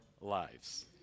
lives